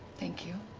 thank you.